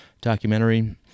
documentary